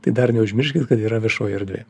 tai dar neužmirškim kad yra viešoji erdvė